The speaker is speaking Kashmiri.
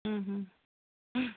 اۭں اۭں